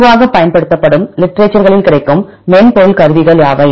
பொதுவாகப் பயன்படுத்தப்படும் லிட்டரேச்சர்களில் கிடைக்கும் மென்பொருள் கருவிகள் யாவை